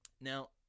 Now